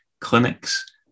clinics